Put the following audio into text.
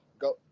go